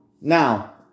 Now